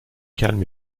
calme